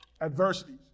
adversities